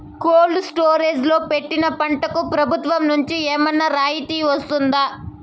Cold storage లో పెట్టిన పంటకు ప్రభుత్వం నుంచి ఏమన్నా రాయితీ వస్తుందా?